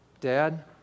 Dad